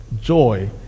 joy